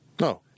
No